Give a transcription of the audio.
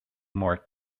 more